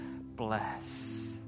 bless